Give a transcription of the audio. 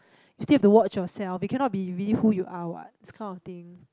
you still have to watch yourself you cannot be really who you are what this kind of thing